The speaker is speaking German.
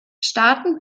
staaten